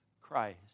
Christ